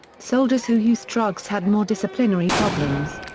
soldiers who used drugs had more disciplinary problems.